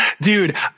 dude